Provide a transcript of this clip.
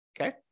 Okay